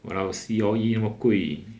!walao! C_O_E 那么贵